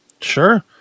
sure